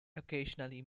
occasionally